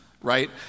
right